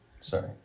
sorry